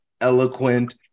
eloquent